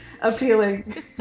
appealing